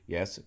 Yes